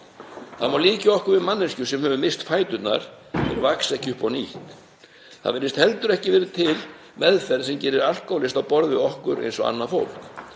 Það má líkja okkur við manneskju sem hefur misst fæturna. Þeir vaxa ekki upp á nýtt. Það virðist heldur ekki vera til meðferð sem gerir alkóhólista á borð við okkur eins og annað fólk.